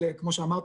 כמו שאמרת,